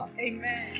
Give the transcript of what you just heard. Amen